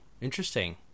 interesting